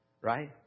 Right